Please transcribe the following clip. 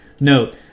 Note